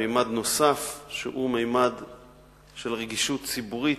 בממד נוסף של רגישות ציבורית,